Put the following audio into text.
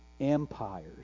empires